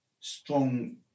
strong